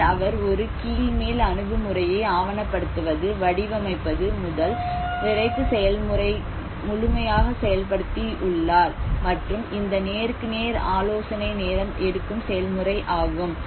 இதில் அவர் ஒரு கீழ்மேல் அணுகுமுறையை ஆவணப்படுத்துவது வடிவமைப்பது முதல் விரைப்பு செயல்முறை வரை முழுமையாக செயல்படுத்தி உள்ளார் மற்றும் இந்த நேருக்கு நேர் ஆலோசனை நேரம் எடுக்கும் செயல்முறை ஆகும்